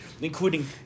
including